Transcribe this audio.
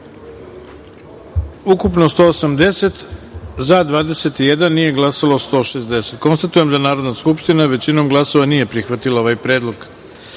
– 180, za – 21, nije glasalo – 160.Konstatujem da Narodna skupština, većinom glasova, nije prihvatila ovaj predlog. Narodni